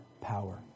power